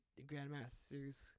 grandmasters